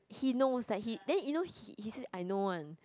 he knows that he then he he says I know one